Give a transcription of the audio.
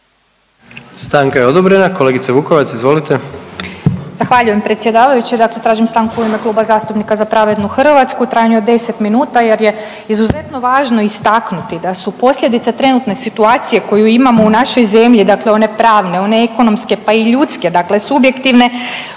Stanka je odobrena. Kolegice Vukovac, izvolite. **Vukovac, Ružica (Nezavisni)** Zahvaljujem predsjedavajući. Dakle, tražim stanku u ime Kluba zastupnika Za pravednu Hrvatsku u trajanju od 10 minuta jer je izuzetno važno istaknuti da su posljedice trenutne situacije koju imamo u našoj zemlju, dakle one pravne, one ekonomske pa i ljudske dakle subjektivne